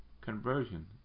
conversion